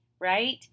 right